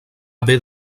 haver